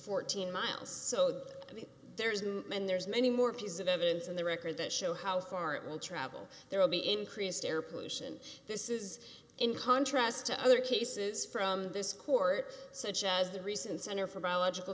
fourteen miles so i mean there is and there's many more pieces of evidence in the record that show how far it will travel there will be increased air pollution this is in contrast to other cases from this court such as the recent center for biological